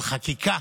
על חקיקה.